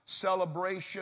celebration